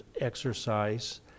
exercise